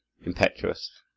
impetuous